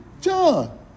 John